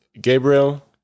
Gabriel